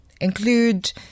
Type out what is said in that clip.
include